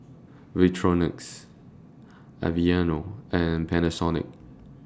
Victorinox Aveeno and Panasonic